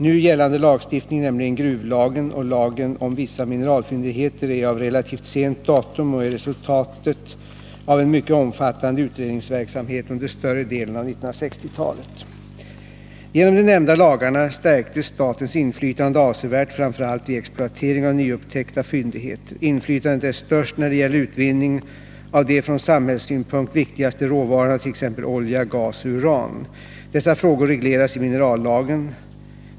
Nu gällande lagstiftning, nämligen gruvlagen och lagen om vissa mineralfyndigheter, är av relativt sent datum och är resultatet av en mycket omfattande utredningsverksamhet under större delen av 1960-talet. Genom de nämnda lagarna stärktes statens inflytande avsevärt framför allt vid exploatering av nyupptäckta fyndigheter. Inflytandet är störst när det gäller utvinning av de från samhällssynpunkt viktigaste råvarorna, t.ex. olja, gas och uran. Dessa frågor regleras i minerallagen.